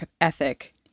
ethic